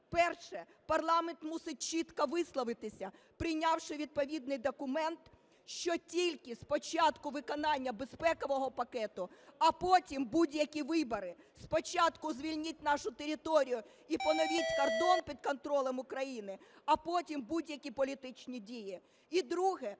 Перше. Парламент мусить чітко висловитись, прийнявши відповідний документ, що тільки спочатку виконання безпекового пакету, а потім будь-які вибори. Спочатку звільніть нашу територію і поновіть кордон під контролем України, а потім будь-які політичні дії. І друге.